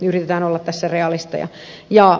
yritetään olla tässä realisteja